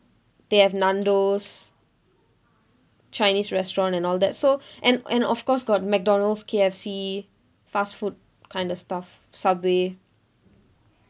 they have nando's chinese restaurant and all that so and and of course got mcdonald's K_F_C fast food kind of stuff subway